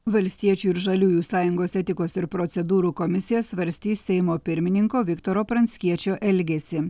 valstiečių ir žaliųjų sąjungos etikos ir procedūrų komisija svarstys seimo pirmininko viktoro pranckiečio elgesį